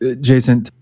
jason